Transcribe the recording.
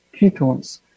ketones